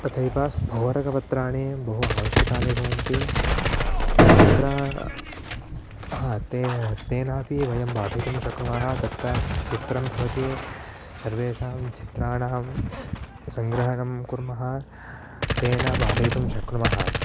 तथैव स्फोरकपत्राणि बहु आवश्यकानि भवन्ति तत्र अहं ते तेनापि वयं पाठयितुं शक्नुमः तत्र चित्रं भवति सर्वेषां चित्राणां सङ्ग्रहणं कुर्मः तेन पाठयितुं शक्नुमः